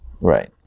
Right